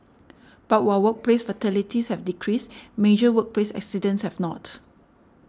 but while workplace fatalities have decreased major workplace accidents have not